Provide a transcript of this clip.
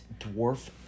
Dwarf